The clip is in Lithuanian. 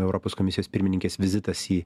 europos komisijos pirmininkės vizitas į